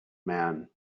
man